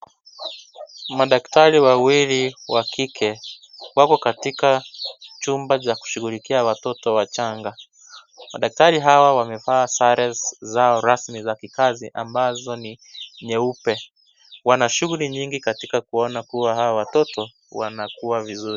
Madaktari wawili wa kike, wako katika chumba cha kushughlikia watoto wachanga. Madaktari hawa wamevaa sare zao rasmi za kikazi, ambazo ni nyeupe. Wana shughuli nyingi katika kuona kuwa hawa watoto, wanakua vizuri.